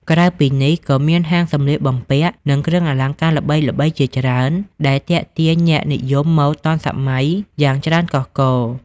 ក្រៅពីនេះ ក៏មានហាងសម្លៀកបំពាក់ និងគ្រឿងអលង្ការល្បីៗជាច្រើន ដែលទាក់ទាញអ្នកនិយមម៉ូដទាន់សម័យយ៉ាងច្រើនកុះករ។